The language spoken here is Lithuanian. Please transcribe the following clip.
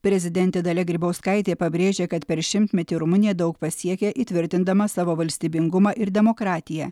prezidentė dalia grybauskaitė pabrėžė kad per šimtmetį rumunija daug pasiekė įtvirtindama savo valstybingumą ir demokratiją